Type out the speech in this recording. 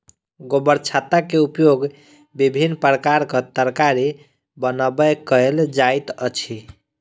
गोबरछत्ता के उपयोग विभिन्न प्रकारक तरकारी बनबय कयल जाइत अछि